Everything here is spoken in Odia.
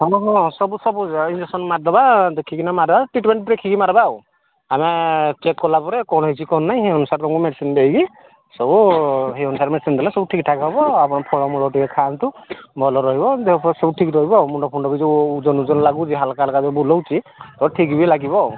ହଁ ହଁ ସବୁ ସବୁ ଇଞ୍ଜେକ୍ସନ୍ ମାରଦବା ଦେଖିକିନା ମାରବା ଟ୍ରିଟମେଣ୍ଟ ଦେଖିକି ମାରବା ଆଉ ଆମେ ଚେକ୍ କଲାପରେ କ'ଣ ହେଇଛି କ'ଣ ନାହିଁ ସେଇ ଅନୁସାରେ ତମକୁ ମେଡ଼ିସିନ୍ ଦେଇକି ସବୁ ସେଇ ଅନୁସାରେ ମେଡ଼ିସିନ୍ ଦେଲେ ସବୁ ଠିକ୍ ଠାକ୍ ହବ ଆପଣ ଫଳମୂଳ ଟିକେ ଖାଆନ୍ତୁ ଭଲ ରହିବ ଦେହ ଫେହ ସବୁ ଠିକ୍ ରହିବ ଆଉ ମୁଣ୍ଡ ଫୁଣ୍ଡ ବି ଯେଉଁ ଓଜନ ଓଜନ ଲାଗୁଛି ହାଲକା ହାଲକା ଯେଉଁ ବୁଲଉଛି ତ ଠିକ୍ ବି ଲାଗିବ ଆଉ